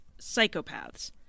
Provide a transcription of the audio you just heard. psychopaths